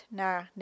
naar